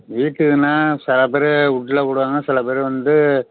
வீட்டுக்குன்னால் சில பேர் உட்ல போடுவாங்கள் சில பேர் வந்து